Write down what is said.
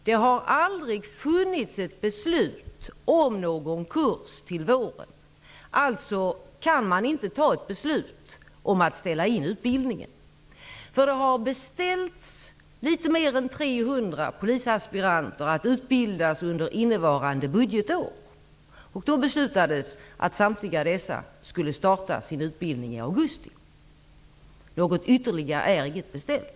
Det har aldrig funnits ett beslut om någon kurs till våren, alltså går det inte att fatta något beslut om att ställa in utbildningen. Det har tidigare beställts att litet mer än 300 polisaspiranter skall utbildas under innevarande budgetår. Då beslutades att samtliga dessa apsiranter skulle påbörja sin utbildning i augusti. Något ytterligare är inte beställt.